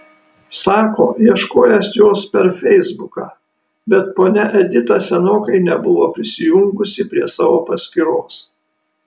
sako ieškojęs jos per feisbuką bet ponia edita senokai nebuvo prisijungusi prie savo paskyros